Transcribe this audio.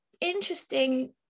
interesting